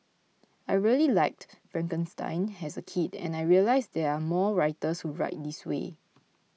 I really liked Frankenstein as a kid and I realised there are more writers who write this way